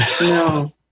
No